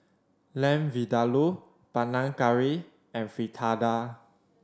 Lamb Vindaloo Panang Curry and Fritada